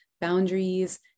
Boundaries